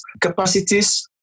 capacities